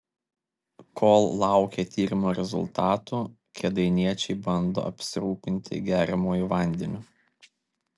kol laukia tyrimo rezultatų kėdainiečiai bando apsirūpinti geriamuoju vandeniu